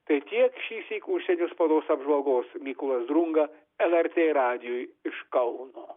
tai tiek šįsyk užsienio spaudos apžvalgos mykolas drunga lrt radijui iš kauno